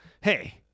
hey